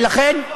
ולכן,